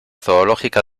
zoológica